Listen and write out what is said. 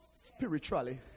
spiritually